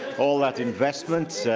all that investment,